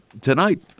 tonight